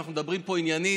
אנחנו מדברים פה עניינית,